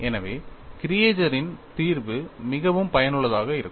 எனவே கிரியேஜரின் தீர்வு மிகவும் பயனுள்ளதாக இருக்கும்